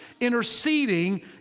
interceding